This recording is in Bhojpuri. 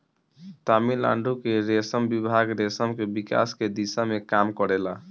तमिलनाडु के रेशम विभाग रेशम के विकास के दिशा में काम करेला